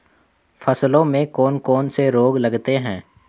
फसलों में कौन कौन से रोग लगते हैं?